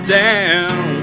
down